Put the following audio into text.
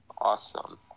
Awesome